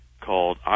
called